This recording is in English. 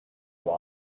know